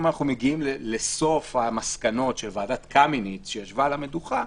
אם אנחנו מגיעים לסוף המסקנות של ועדת קמיניץ שישבה על המדוכה,